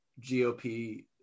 GOP